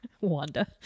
wanda